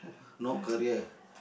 no career